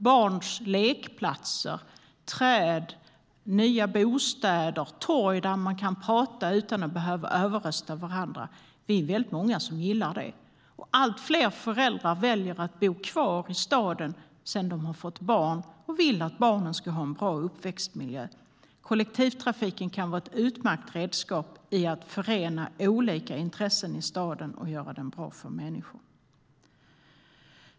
Barns lekplatser, träd, nya bostäder, torg där man kan prata utan att behöva överrösta varandra - vi är väldigt många som gillar det. Allt fler föräldrar väljer att bo kvar i staden sedan de fått barn och vill att barnen ska ha en bra uppväxtmiljö. Kollektivtrafiken kan vara ett utmärkt redskap för att förena olika intressen i staden och göra den bra för människor.